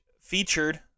featured